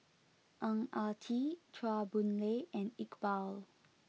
Ang Ah Tee Chua Boon Lay and Iqbal